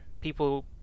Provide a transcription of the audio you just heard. People